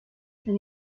son